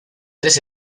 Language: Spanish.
tres